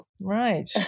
right